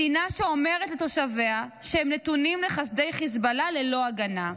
מדינה שאומרת לתושביה שהם נתונים לחסדי חיזבאללה ללא הגנה?